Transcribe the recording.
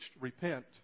repent